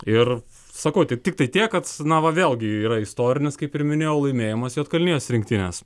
ir sakau tik tiktai tiek kad jis na va vėl gi yra istorinis kaip ir minėjau laimėjimas juodkalnijos rinktinės